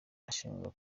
ashinjwa